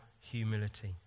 humility